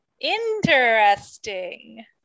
Interesting